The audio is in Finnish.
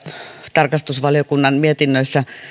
tarkastusvaliokunnan mietinnöissähän on